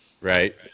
right